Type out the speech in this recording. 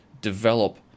develop